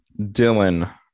Dylan